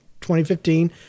2015